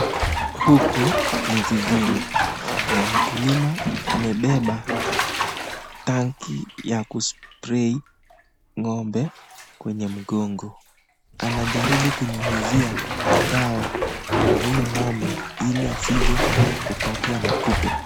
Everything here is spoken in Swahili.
Huku ni zizini. Na mkulima amebeba tanki ya ku spray ng'ombe kwenye mgongo. Anajaribu kunyunyuzia dawa kwa huyo ng'ombe ili asije kupatwa na kupe.